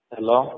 Hello